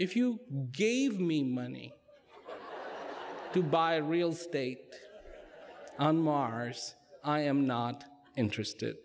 if you gave me money to buy real estate on mars i am not interested